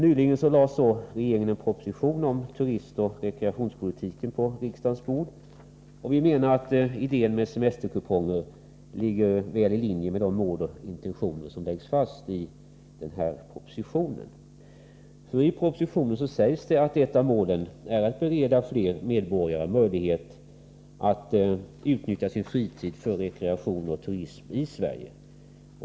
Nyligen lade regeringen en proposition om turistoch rekreationspolitiken på riksdagens bord. Vi menar att idén med semesterkuponger ligger väl i linje med de mål och intentioner som fastslås i den här propositionen. I propositionen säger man att ett av målen är att fler medborgare skall beredas möjlighet att utnyttja sin fritid för rekreation och turism i Sverige.